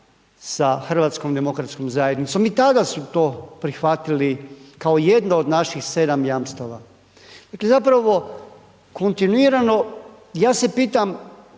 u pregovorima sa HDZ-om i tada su to prihvatili kao jedna od naših 7 jamstava. Dakle, zapravo kontinuirano ja se pitam,